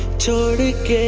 two look!